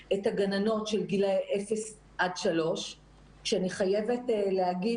את הגננות של גילאי אפס עד שלוש כשאני חייבת להגיד